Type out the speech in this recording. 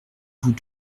vous